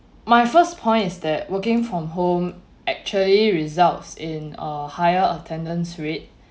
my first point is that working from home actually results in a higher attendance rate